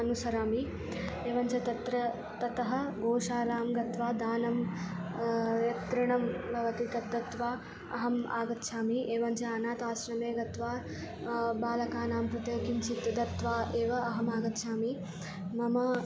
अनुसरामि एवञ्च तत्र ततः गोशालां गत्वा दानं तृणं भवति तद् दत्त्वा अहम् आगच्छामि एवञ्च अनाथाश्रमे गत्वा बालकानां कृते किञ्चित् दत्वा एव अहम् आगच्छामि मम